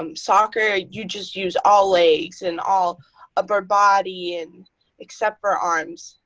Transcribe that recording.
um soccer ah you just use all legs and all upper body, and except for arms.